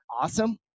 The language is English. awesome